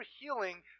healing